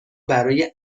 برای